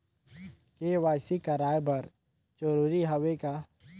KYC कराय बर जरूरी हवे का?